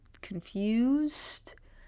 confused